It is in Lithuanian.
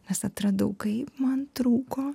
nes atradau kai man trūko